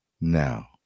now